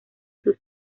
sus